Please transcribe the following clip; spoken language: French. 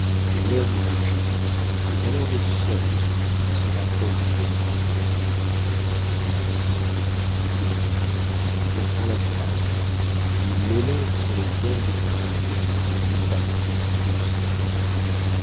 et l'homme de génie est alors le seul qui se rapproche de nos délicatesses il entend devine comprend la femme il l'élève sur les ailes de son désir contenu par les timidités du sentiment